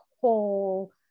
whole